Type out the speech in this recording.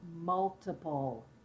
multiple